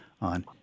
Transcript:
on